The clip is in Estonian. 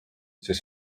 sest